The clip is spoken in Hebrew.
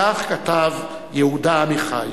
כך כתב יהודה עמיחי.